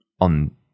on